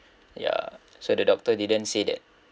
ya so the doctor didn't say that